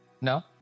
no